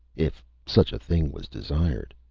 if such a thing was desired.